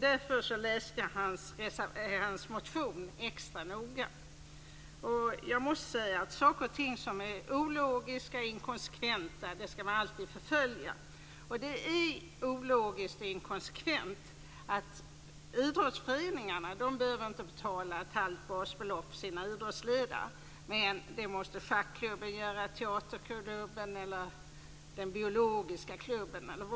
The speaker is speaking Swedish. Därför läste jag hans motion extra noga. Saker och ting som är ologiska och inkonsekventa skall man alltid förfölja. Det är ologiskt och inkonsekvent att idrottsföreningar inte behöver betala sociala avgifter på summor upp till ett halvt basbelopp för sina idrottsledare, men det måste schackklubben, teaterklubben eller den biologiska klubben göra.